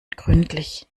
gründlich